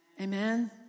Amen